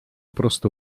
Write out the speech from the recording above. prostu